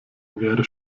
wäre